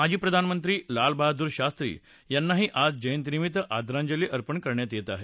माजी प्रधानमंत्री लालबहादूर शास्त्री यांनाही आज जयंतीनिमित्त आदरांजली अर्पण करण्यात येत आहे